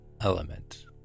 element